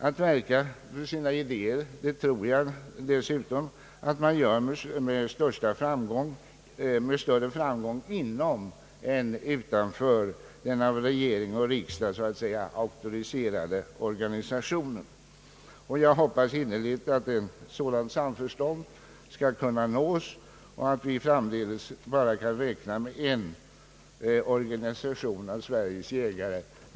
Att verka för sina idéer tror jag dessutom att man gör med större framgång inom än utanför den av regering och riksdag så att säga auktoriserade organisationen. Jag hoppas innerligt att ett sådant samförstånd skall kunna nås och att vi framdeles skall kunna räkna med bara en organisation bland Sveriges jägare.